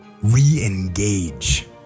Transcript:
re-engage